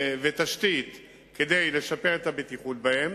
ותשתית כדי לשפר את הבטיחות בהם,